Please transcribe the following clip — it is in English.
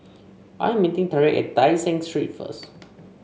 I am meeting Tariq at Tai Seng Street first